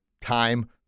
time